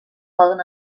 poden